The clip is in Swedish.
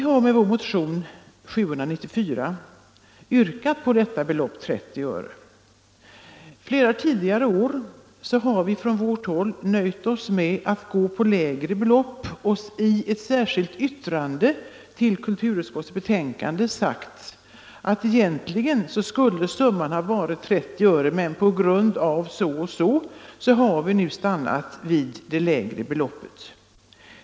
har i vår motion nr 794 yrkat på beloppet 30 öre. Flera tidigare år har vi från vårt håll nöjt oss med ett lägre belopp och i ett särskilt yttrande till kulturutskottets betänkande sagt att egentligen borde summan ha varit 30 öre men på grund av vissa förhållanden har vi stannat vid det lägre beloppet.